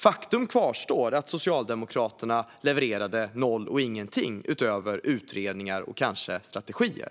Faktum kvarstår att Socialdemokraterna levererade noll och ingenting utöver utredningar och kanske strategier.